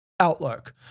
outlook